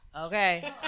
Okay